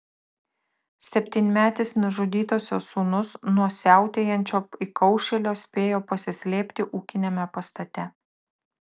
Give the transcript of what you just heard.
septynmetis nužudytosios sūnus nuo siautėjančio įkaušėlio spėjo pasislėpti ūkiniame pastate